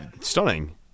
stunning